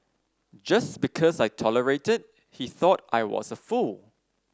just because I tolerated he thought I was a fool